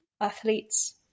athletes